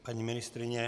Paní ministryně?